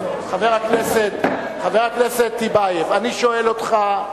חבר הכנסת טיבייב, אני שואל אותך.